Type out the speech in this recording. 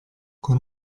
con